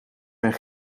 mijn